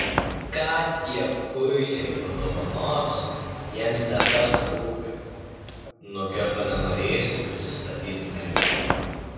ką tie kuiliai padovanos jiems ne tas rūpi nukirto nenorėjusi prisistatyti mergina